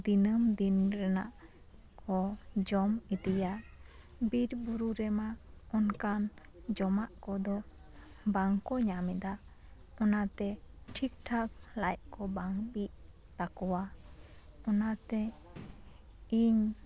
ᱫᱤᱱᱟᱹᱢ ᱫᱤᱱ ᱨᱮᱱᱟᱜ ᱠᱚ ᱡᱚᱢ ᱤᱫᱤᱭᱟ ᱵᱤᱨ ᱵᱩᱨᱩ ᱨᱮᱢᱟ ᱚᱱᱠᱟᱱ ᱡᱚᱢᱟᱜ ᱠᱚᱫᱚ ᱵᱟᱝᱠᱚ ᱧᱟᱢ ᱮᱫᱟ ᱚᱱᱟ ᱛᱮ ᱴᱷᱤᱠ ᱴᱷᱟᱠ ᱞᱟᱡ ᱠᱚ ᱵᱟᱝ ᱵᱤᱜ ᱛᱟᱠᱚᱭᱟ ᱚᱱᱟᱛᱮ ᱤᱧ